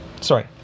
Sorry